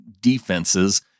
defenses